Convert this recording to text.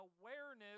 awareness